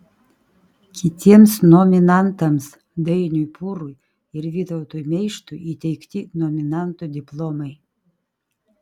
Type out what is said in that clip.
kitiems nominantams dainiui pūrui ir vytautui meištui įteikti nominantų diplomai